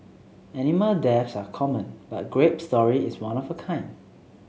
animal deaths are common but Grape's story is one of a kind